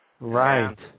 Right